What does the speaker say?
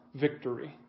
victory